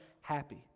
happy